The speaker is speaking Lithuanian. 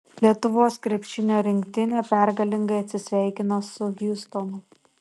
lietuvos krepšinio rinktinė pergalingai atsisveikino su hjustonu